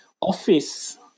office